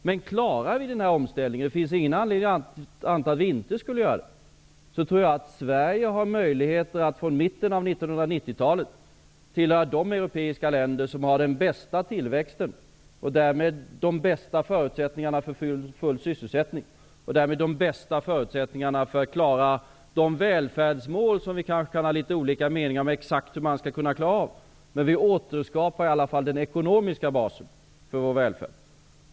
Men klarar vi denna omställning -- det finns ingen anledning att tro att vi inte skulle göra det -- tror jag att Sverige har möjligheter att från mitten av 90-talet vara ett av de europeiska länder som har den bästa tillväxten och därmed de bästa förutsättningarna för full sysselsättning och de bästa förutsättningarna för att klara välfärdsmålen. Vi kanske kan ha litet olika uppfattningar om hur vi exakt skall klara av dem, men vi återskapar i alla fall den ekonomiska basen för vår välfärd.